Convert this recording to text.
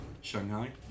Shanghai